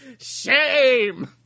shame